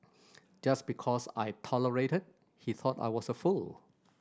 just because I tolerated he thought I was a fool